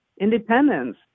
independence